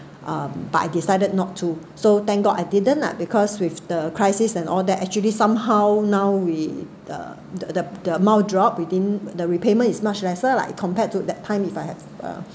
um but I decided not to so thank god I didn't lah because with the crisis and all that actually somehow now we the the the the amount drop within the repayment is much lesser lah like compared to that time if I have uh